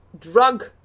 drug-